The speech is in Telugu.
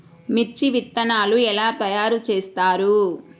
మిర్చి విత్తనాలు ఎలా తయారు చేస్తారు?